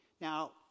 Now